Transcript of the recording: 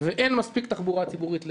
ואין מספיק תחבורה ציבורית לאילת.